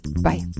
Bye